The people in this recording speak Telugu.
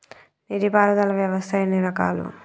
నీటి పారుదల వ్యవస్థ ఎన్ని రకాలు?